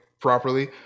properly